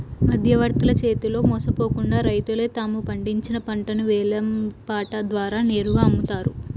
మధ్యవర్తుల చేతిలో మోసపోకుండా రైతులే తాము పండించిన పంటను వేలం పాట ద్వారా నేరుగా అమ్ముతారు